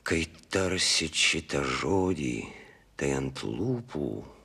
kai tarsit šitą žodį tai ant lūpų